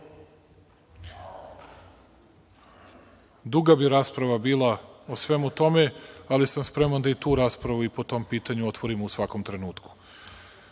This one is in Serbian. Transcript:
Duga bi rasprava bila o svemu tome, ali sam spreman da i tu raspravu po tom pitanju otvorimo u svakom trenutku. Na